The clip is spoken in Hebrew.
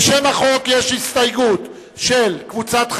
לשם החוק יש הסתייגות של קבוצת חד"ש,